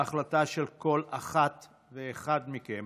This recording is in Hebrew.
ההחלטה של כל אחת ואחד מכם